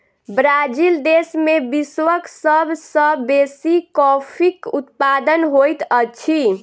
Brazil देश में विश्वक सब सॅ बेसी कॉफ़ीक उत्पादन होइत अछि